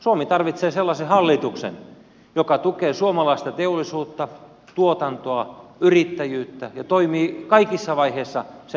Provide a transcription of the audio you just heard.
suomi tarvitsee sellaisen hallituksen joka tukee suomalaista teollisuutta tuotantoa yrittäjyyttä ja toimii kaikissa vaiheissa sen puolesta